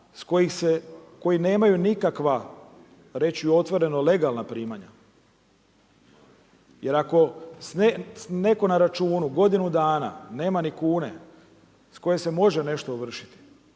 koji nemaju nikakva reći i otvorena, legalna primanja. Jer ako netko na računu godinu dana nema ni kune, s koje se može nešto ovršiti,